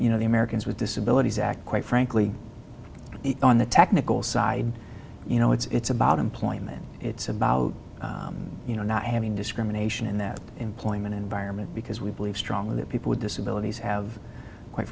you know the americans with disabilities act quite frankly on the technical side you know it's about employment it's about you know not having discrimination in that employment environment because we believe strongly that people with disabilities have quite